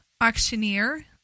auctioneer